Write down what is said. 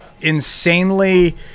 insanely